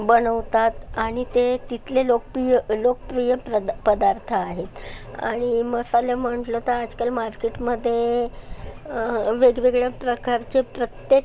बनवतात आणि ते तिथले लोकप्रिय लोकप्रिय प्रदा पदार्थ आहेत आणि मसाले म्हटलं तर आजकाल मार्केटमध्ये वेगवेगळ्या प्रकारचे प्रत्येक